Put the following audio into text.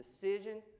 decision